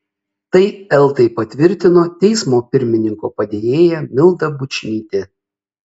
tai eltai patvirtino teismo pirmininko padėjėja milda bučnytė